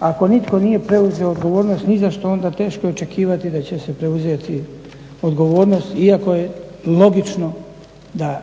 ako nitko nije preuzeo odgovornost ni za što, onda teško je očekivati da će se preuzeti odgovornost iako je logično da